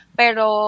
pero